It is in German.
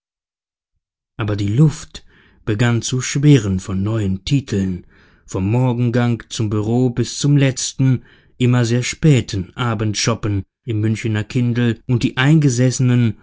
aber die luft begann zu schwirren von neuen titeln vom morgengang zum büro bis zum letzten immer sehr späten abendschoppen im münchener kindl und die eingesessenen